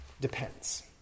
depends